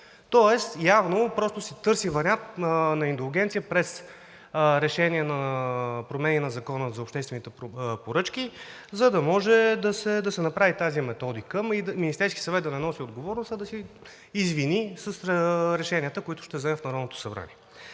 Тоест явно просто се търси вариант на индулгенция през решение на промени на Закона за обществените поръчки, за да може да се направи тази методика, а и Министерският съвет да не носи отговорност, а да се извини с решенията, които ще вземем в Народното събрание.